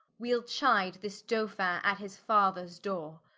wee'le chide this dolphin at his fathers doore.